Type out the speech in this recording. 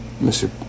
Mr